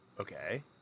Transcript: Okay